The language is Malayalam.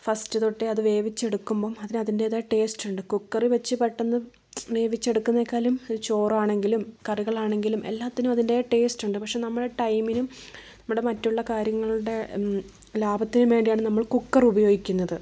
ഫസ്റ്റ് തൊട്ടേ അത് വേവിച്ചെടുക്കുമ്പം അതിനു അതിൻ്റെതായ ടേസ്റ്റുണ്ട് കുക്കറിൽ വച്ച് പെട്ടെന്ന് വേവിച്ചെടുക്കുന്നതിനേക്കാളും ഇത് ചോറാണെങ്കിലും കറികളാണെങ്കിലും എല്ലാത്തിനും അതിൻ്റെതായ ടേസ്റ്റുണ്ട് പക്ഷേ നമ്മുടെ ടൈംമിനും നമ്മുടെ മറ്റുള്ള കാര്യങ്ങളുടെ ലാഭത്തിനും വേണ്ടിയാണ് നമ്മൾ കുക്കർ ഉപയോഗിക്കുന്നത്